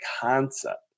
concept